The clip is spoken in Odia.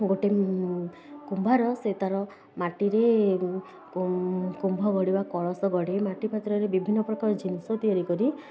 ଗୋଟେ କୁମ୍ଭାର ସେ ତା'ର ମାଟିରେ କୁମ କୁମ୍ଭ ଗଢ଼ିବା କଳସ ଗଢ଼ି ମାଟିପାତ୍ରରେ ବିଭିନ୍ନ ପ୍ରକାର ଜିନିଷ ତିଆରି କରି